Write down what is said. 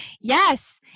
yes